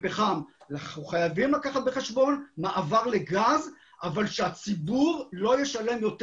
אנחנו חייבים לקחת בחשבון מעבר לגז ושהציבור לא ישלם יותר.